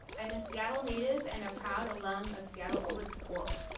i'm a seattle native and a proud alum of seattle public schools.